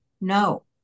No